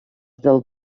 del